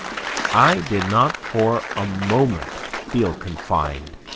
i did not for a moment feel confined,